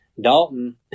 Dalton